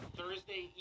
Thursday